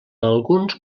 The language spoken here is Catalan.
alguns